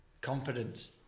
confidence